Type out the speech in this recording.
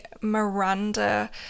Miranda